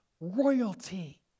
royalty